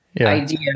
idea